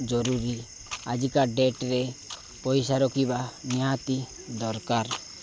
ଜରୁରୀ ଆଜିକା ଡେଟରେ ପଇସା ରଖିବା ନିହାତି ଦରକାର